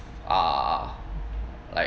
uh like